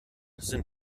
sind